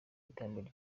iterambere